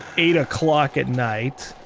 eight o'clock at night.